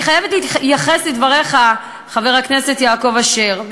אני חייבת להתייחס לדבריך, חבר הכנסת יעקב אשר.